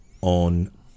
on